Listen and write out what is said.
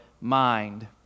mind